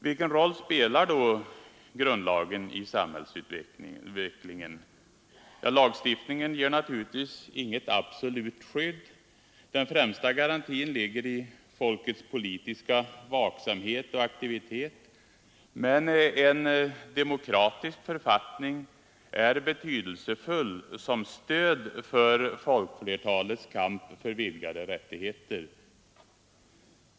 Vilken roll spelar då grundlagen i samhällsutvecklingen? Ja, lagstiftningen ger naturligtvis inget absolut skydd. Den främsta garantin ligger i folkets politiska vaksamhet och aktivitet, men en demokratisk författning är betydelsefull som stöd för folkflertalets kamp för vidgade rättigheter.